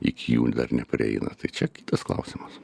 iki jų dar neprieina tai čia kitas klausimas